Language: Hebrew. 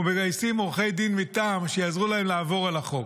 ומגייסים עורכי דין מטעם שיעזרו להם לעבור על החוק.